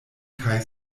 kaj